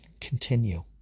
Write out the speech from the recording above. continue